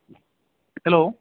hello